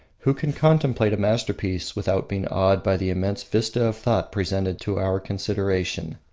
who can contemplate a masterpiece without being awed by the immense vista of thought presented to our consideration?